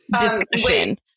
discussion